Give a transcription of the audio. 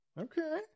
Okay